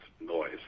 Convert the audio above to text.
noise